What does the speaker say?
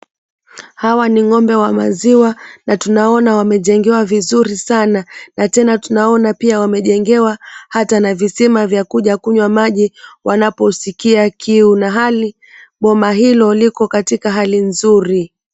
Hawa ni ng'ombe wa maziwa na tunaona wamejengewa vizuri sana na tena tunaona pia wamejengewa hata na visima vya kuja kunywa maji wanaposikia kiu na hali boma hilo liko katika hali nzuri.